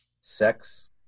Sex